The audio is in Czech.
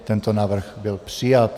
Tento návrh byl přijat.